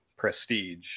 prestige